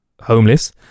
Homeless